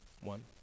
One